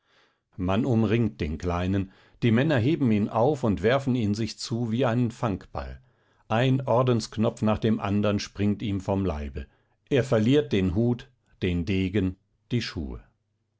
man umringt den kleinen die männer heben ihn auf und werfen sich ihn zu wie einen fangball ein ordensknopf nach dem andern springt ihm vom leibe er verliert den hut den degen die schuhe